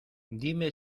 dime